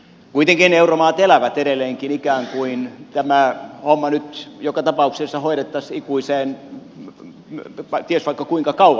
kuitenkin euromaat elävät edelleenkin ikään kuin tätä hommaa nyt joka tapauksessa hoidettaisiin näin ikuisesti ties vaikka kuinka kauan